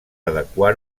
adequar